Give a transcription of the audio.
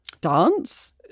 Dance